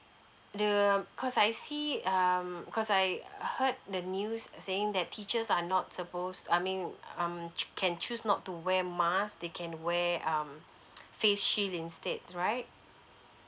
the cause I see um cause I heard the news saying that teachers are not suppose I mean um can choose not to wear mask they can wear um face shield instead right